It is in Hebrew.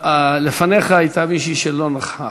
לפניך הייתה מישהי שלא נכחה,